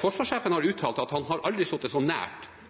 Forsvarssjefen har uttalt at han aldri har sittet så nært